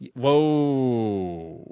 whoa